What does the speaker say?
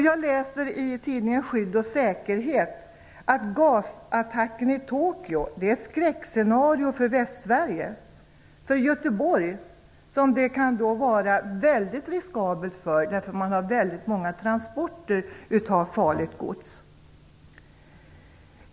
Jag läser i tidningen Skydd och säkerhet att gasattacken i Tokyo är skräckscenario för Västsverige. Det kan vara väldigt riskabelt för Göteborg, eftersom man har väldigt många transporter av farligt gods.